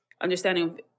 understanding